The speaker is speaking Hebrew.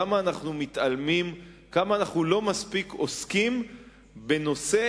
כמה אנחנו מתעלמים וכמה אנחנו לא מספיק עוסקים בנושא,